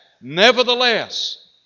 Nevertheless